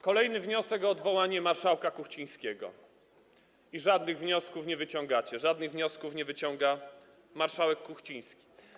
Kolejny wniosek o odwołanie marszałka Kuchcińskiego i żadnych wniosków nie wyciągacie, żadnych wniosków nie wyciąga marszałek Kuchciński.